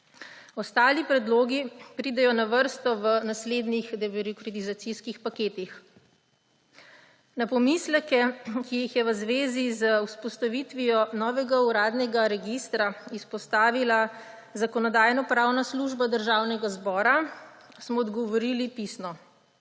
Ostali predlogi pridejo na vrsto v naslednjih debirokratizacijskih paketih. Na pomisleke, ki jih je v zvezi z vzpostavitvijo novega uradnega registra izpostavila Zakonodajno-pravna služba Državnega zbora, smo odgovorili pisno.